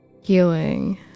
healing